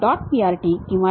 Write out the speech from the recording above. prt किंवा